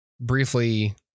briefly